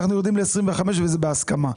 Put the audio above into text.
אנחנו יורדים ל-25 וזה בהסכמה.